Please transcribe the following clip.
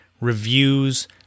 reviews